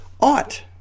Ought